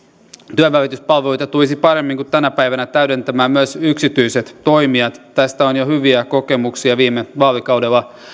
työnvälityspalveluita tulisivat paremmin kuin tänä päivänä täydentämään myös yksityiset toimijat tästä on jo hyviä kokemuksia viime vaalikaudella